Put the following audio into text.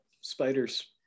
spider's